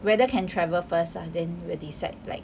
whether can travel first lah then will decide like